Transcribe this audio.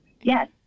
Yes